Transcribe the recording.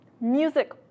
Music